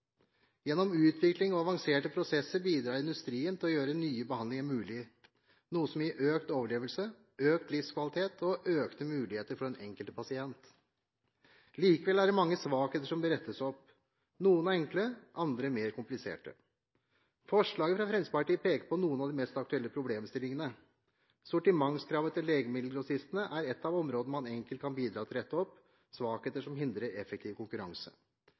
Gjennom utvikling og avanserte prosesser bidrar industrien til å gjøre nye behandlinger mulig, noe som gir økt overlevelse, økt livskvalitet og økte muligheter for den enkelte pasient. Likevel er det mange svakheter som bør rettes opp. Noen er enkle, andre mer kompliserte. Forslaget fra Fremskrittspartiet peker på noen av de mest aktuelle problemstillingene: Sortimentskravet til legemiddelgrossistene er et av områdene der man enkelt kan bidra til å rette opp svakheter som hindrer effektiv konkurranse.